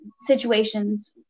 situations